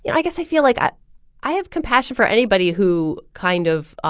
yeah i guess i feel like i i have compassion for anybody who kind of